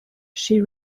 she